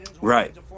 Right